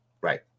Right